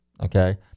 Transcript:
okay